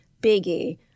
Biggie